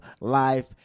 life